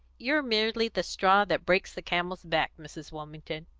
you're merely the straw that breaks the camel's back, mrs. wilmington.